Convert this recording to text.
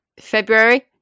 February